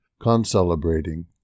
concelebrating